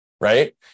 right